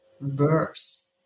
verbs